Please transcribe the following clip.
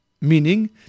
Meaning